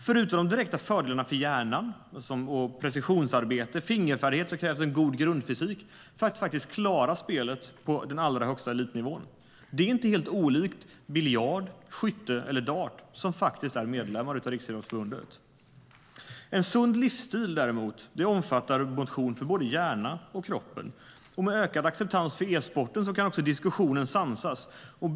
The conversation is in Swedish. Förutom de direkta fördelarna för hjärnan, precisionsarbete och fingerfärdighet krävs det en god grundfysik för att klara spelet på den allra högsta elitnivån. Det är inte helt olikt biljard, skytte eller dart, som alla är medlemmar av Riksidrottsförbundet.En sund livsstil omfattar däremot motion både för både hjärnan och kroppen. Med ökad acceptans för e-sporten kan diskussionen också sansas.